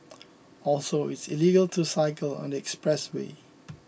also it's illegal to cycle on the expressway